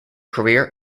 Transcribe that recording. career